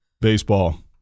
baseball